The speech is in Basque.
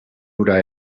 hura